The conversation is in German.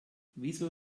wieso